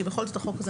כי בכל זאת החוק הזה,